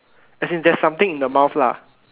as in there is something in the mouth lah